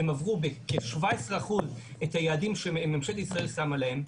הם עברו בכ-17% את היעדים שממשלת ישראל שמה להם,